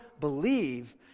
believe